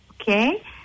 Okay